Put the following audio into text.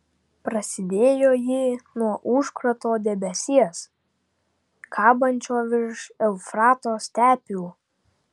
prasidėjo ji nuo užkrato debesies kabančio virš eufrato stepių